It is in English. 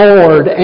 Lord